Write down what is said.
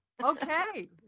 Okay